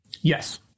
Yes